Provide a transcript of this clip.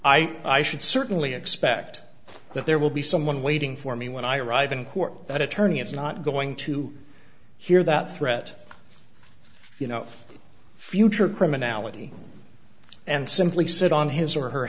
tomorrow i should certainly expect that there will be someone waiting for me when i arrive in court that attorney is not going to hear that threat you know future criminality and simply sit on his or her